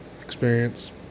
experience